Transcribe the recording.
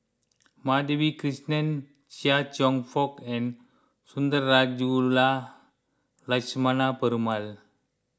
Madhavi Krishnan Chia Cheong Fook and Sundarajulu Lakshmana Perumal